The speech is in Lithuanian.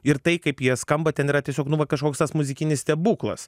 ir tai kaip jie skamba ten yra tiesiog nu va kažkoks tas muzikinis stebuklas